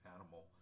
animal